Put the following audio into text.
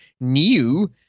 new